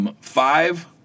five